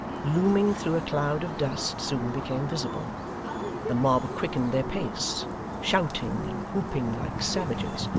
looming through a cloud of dust, soon became visible the mob quickened their pace shouting and whooping like savages,